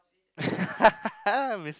miss